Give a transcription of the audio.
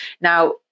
Now